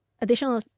additional